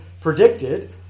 predicted